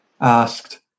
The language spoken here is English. asked